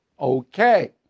Okay